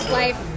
life